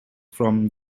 from